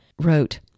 wrote